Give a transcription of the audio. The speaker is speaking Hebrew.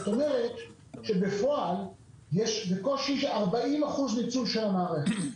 זאת אומרת שבפועל יש בקושי 40% ניצול של המערכת.